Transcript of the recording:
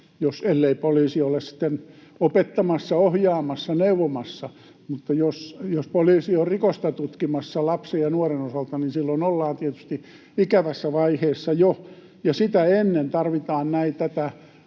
ellei poliisi ole sitten opettamassa, ohjaamassa, neuvomassa. Mutta jos poliisi on rikosta tutkimassa lapsen ja nuoren osalta, niin silloin ollaan tietysti jo ikävässä vaiheessa, ja sitä ennen tarvitaan